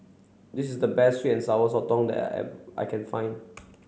this is the best sweet and sour sotong that I've I can find